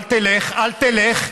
אל תלך, אל תלך,